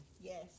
Yes